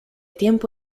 tiempo